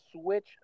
switch